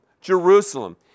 Jerusalem